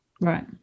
right